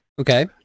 Okay